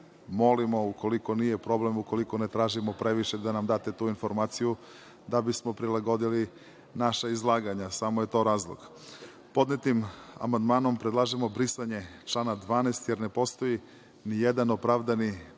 molimo, ukoliko nije problem, ukoliko ne tražimo previše, da nam date tu informaciju, da bismo prilagodili naša izlaganja, samo je to razlog. Podnetim amandmanom predlažemo brisanje člana 12, jer ne postoji nijedan opravdani tržišni